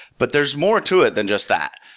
but there's more to it than just that.